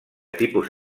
tipus